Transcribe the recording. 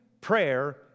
prayer